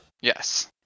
Yes